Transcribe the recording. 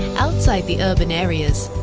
outside the urban areas,